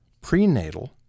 prenatal